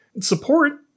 Support